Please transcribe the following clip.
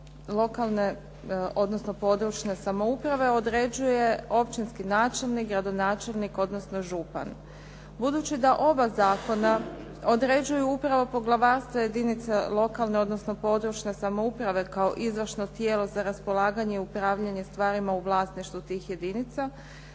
lokalne, odnosno područne samouprave određuje općinski načelnik, gradonačelnik, odnosno župan. Budući da oba zakona određuju upravo poglavarstva jedinica lokalne, odnosno područne samouprave kao izvršno tijelo za raspolaganje i upravljanje stvarima u vlasništvu tih jedinica,